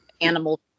animal